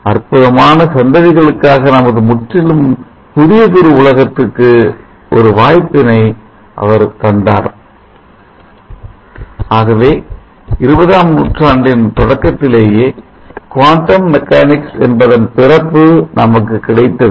அற்புதமான சந்ததிகளுக்காக நமது முற்றிலும் புதியதொரு உலகத்துக்கு ஒரு வாய்ப்பினை அவர் தந்தார் ஆகவே இருபதாம் நூற்றாண்டின் தொடக்கத்திலேயே குவாண்டம் மெக்கானிக்ஸ் என்பதன் பிறப்பு நமக்கு கிடைத்தது